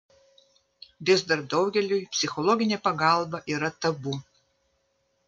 vis dar daugeliui psichologinė pagalba yra tabu